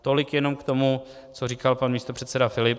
Tolik jenom k tomu, co říkal pan místopředseda Filip.